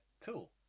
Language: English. cool